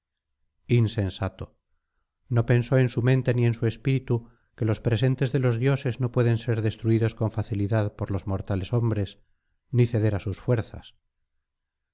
insensato no pensó en su mente ni en su espíritu que los presentes de los dioses no pueden ser destruidos con facilidad por los mortales hombres ni ceder á sus fuerzas